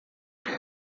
dois